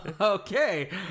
Okay